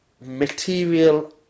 material